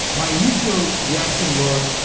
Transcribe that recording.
my initial reaction was,